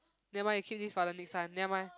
nevermind you keep this for the next one never mind